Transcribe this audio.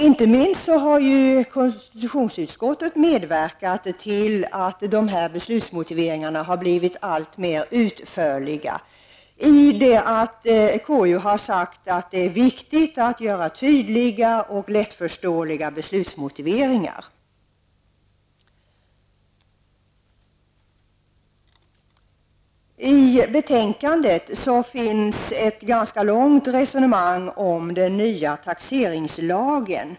Konstitutionsutskottet har inte minst medverkat till att beslutsmotiveringarna har blivit alltmer utförliga. KU har sagt att det är viktigt att beslutsmotiveringarna är tydliga och lättförståeliga. I betänkandet förs ett ganska långt resonemang om den nya taxeringslagen.